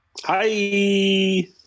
Hi